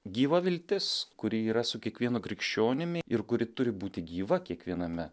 gyva viltis kuri yra su kiekvienu krikščionimi ir kuri turi būti gyva kiekviename